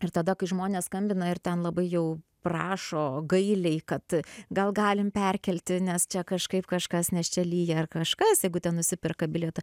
ir tada kai žmonės skambina ir ten labai jau prašo gailiai kad gal galim perkelti nes čia kažkaip kažkas nes čia lyja ar kažkas jeigu ten nusiperka bilietą